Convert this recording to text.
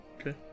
Okay